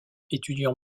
étudiant